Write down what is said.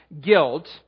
guilt